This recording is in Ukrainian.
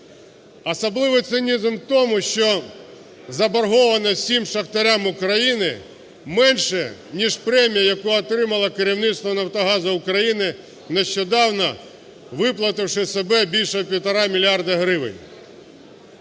Особливий цинізм у тому, що заборгованість всім шахтарям України менша ніж премія, яку отримало керівництво "Нафтогазу України" нещодавно, виплативши собі більше 1,5 мільярди гривень.